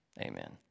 amen